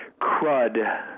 crud